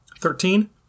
Thirteen